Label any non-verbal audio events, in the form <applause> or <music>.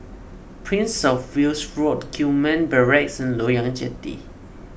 Prince of <noise> Wales Road Gillman Barracks and Loyang Jetty